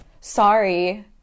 sorry